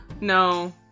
No